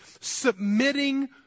submitting